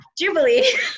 Jubilee